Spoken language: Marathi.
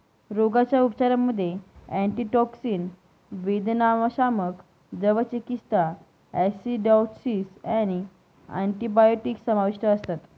रोगाच्या उपचारांमध्ये अँटीटॉक्सिन, वेदनाशामक, द्रव चिकित्सा, ॲसिडॉसिस आणि अँटिबायोटिक्स समाविष्ट असतात